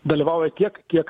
dalyvauja tiek kiek